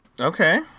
Okay